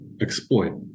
exploit